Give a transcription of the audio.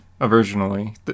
originally